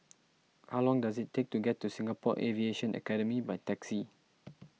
how long does it take to get to Singapore Aviation Academy by taxi